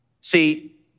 See